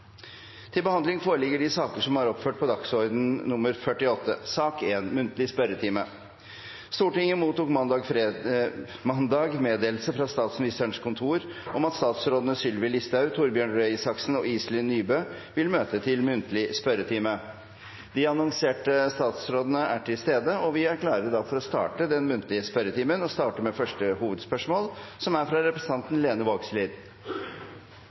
til stede og vil ta sete. Stortinget mottok mandag meddelelse fra Statsministerens kontor om at statsrådene Sylvi Listhaug, Torbjørn Røe Isaksen og Iselin Nybø vil møte til muntlig spørretime. De annonserte statsrådene er til stede, og vi er klare til å starte den muntlige spørretimen. Vi starter da med første hovedspørsmål, fra representanten Lene Vågslid.